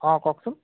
অঁ কওকচোন